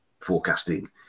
forecasting